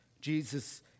Jesus